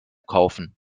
kaufen